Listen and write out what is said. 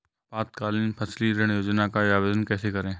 अल्पकालीन फसली ऋण योजना का आवेदन कैसे करें?